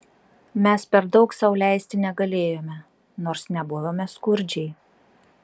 mes per daug sau leisti negalėjome nors nebuvome skurdžiai